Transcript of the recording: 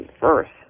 first